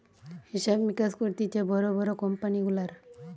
হিসাব মিকাস করতিছে বড় বড় কোম্পানি গুলার